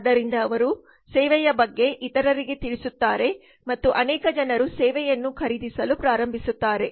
ಆದ್ದರಿಂದ ಅವರು ಸೇವೆಯ ಬಗ್ಗೆ ಇತರರಿಗೆ ತಿಳಿಸುತ್ತಾರೆ ಮತ್ತು ಅನೇಕ ಜನರು ಸೇವೆಯನ್ನು ಖರೀದಿಸಲು ಪ್ರಾರಂಭಿಸುತ್ತಾರೆ